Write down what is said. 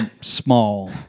small